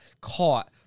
caught